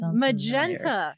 magenta